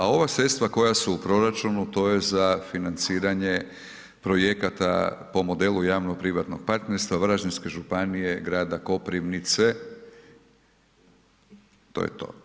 A ova sredstva koja su u proračunu to je za financiranje projekata po modelu javno privatnog partnerstva Varaždinske županije grada Koprivnice, to je to.